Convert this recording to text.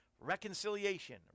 Reconciliation